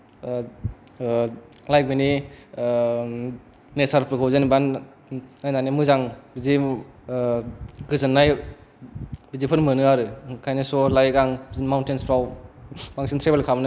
like बिनि नेसारफोरखौ जेनोबा नायनानै मोजां बिदि गोजोन्नाय बिदिफोर मोनो आरो ओंखायनो स' लाइक आं बिदि माउन्टेनस फ्राव बांसिन ट्रेभेल खालामनो मोजां मोनो